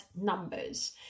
numbers